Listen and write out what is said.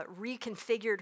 reconfigured